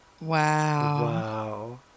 Wow